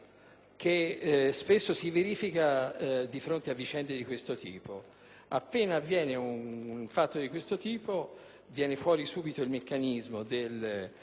che spesso si verifica di fronte a vicende di questo genere. Infatti, appena accade un fatto di questo tipo, viene fuori subito il meccanismo del